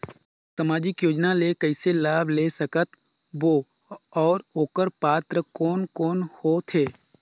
समाजिक योजना ले कइसे लाभ ले सकत बो और ओकर पात्र कोन कोन हो थे?